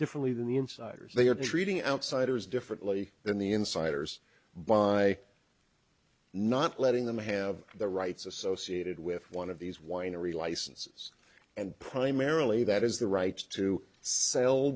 differently than the insiders they are treating outsiders differently than the insiders by not letting them have the rights associated with one of these winery licenses and primarily that is the right to sell